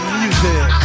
music